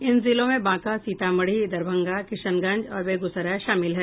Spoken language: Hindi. इन जिलों में बांका सीतामढ़ी दरभंगा किशनगंज और बेगूसराय शामिल हैं